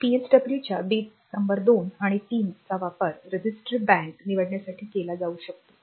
पीएसडब्ल्यूच्या bit number 2 आणि 3 चा वापर रजिस्टर बँक निवडण्यासाठी केला जाऊ शकतो